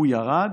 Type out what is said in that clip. הוא ירד,